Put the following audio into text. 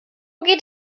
geht